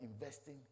investing